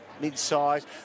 mid-size